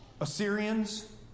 Assyrians